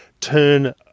turn